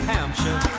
Hampshire